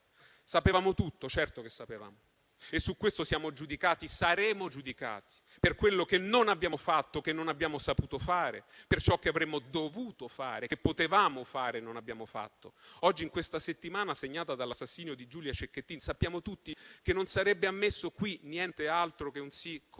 Sapevamo tutto, certo che sapevamo e su questo siamo e saremo giudicati, per quello che non abbiamo fatto, che non abbiamo saputo fare, per ciò che avremmo dovuto fare, che potevamo fare e non abbiamo fatto. In questa settimana, segnata dall'assassinio di Giulia Cecchettin, sappiamo tutti che non sarebbe ammesso qui niente altro che un sì corale,